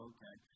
Okay